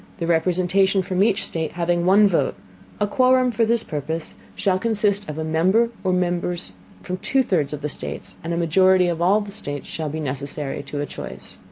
the representation from each state having one vote a quorum for this purpose shall consist of a member or members from two thirds of the states, and a majority of all the states shall be necessary to a choice.